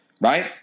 right